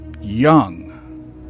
young